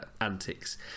Antics